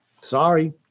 sorry